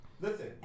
Listen